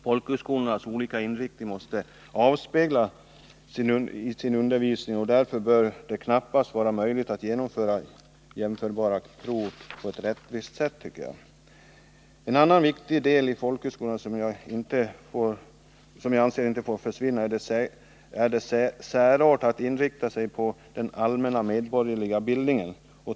Folkhögskolornas olika inriktning måste avspegla sig i undervisningen, och därför bör det knappast vara möjligt att på ett rättvist sätt genomföra jämförbara prov. En annan viktig del i folkhögskolan, som jag anser inte får försvinna, är dess särart att inrikta sig på allmän medborgerlig bildning.